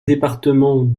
département